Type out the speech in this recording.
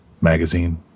magazine